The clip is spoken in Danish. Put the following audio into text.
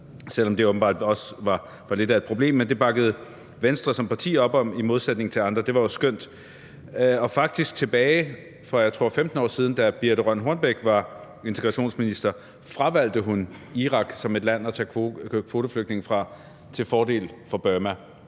selv om det åbenbart også var lidt af et problem. Men det bakkede Venstre som parti op om i modsætning til andre. Det var jo skønt. Og faktisk tilbage, jeg tror, at det er 15 år siden, da Birthe Rønn Hornbech var integrationsminister, fravalgte hun Irak som et land at tage kvoteflygtninge fra til fordel for Burma.